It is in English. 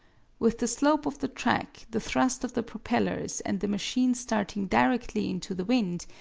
with the slope of the track, the thrust of the propellers and the machine starting directly into the wind,